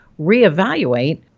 reevaluate